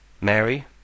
Mary